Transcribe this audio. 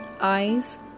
eyes